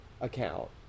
account